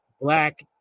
black